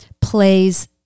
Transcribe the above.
plays